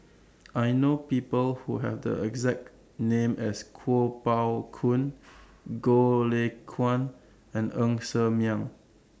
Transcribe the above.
I know People Who Have The exact name as Kuo Pao Kun Goh Lay Kuan and Ng Ser Miang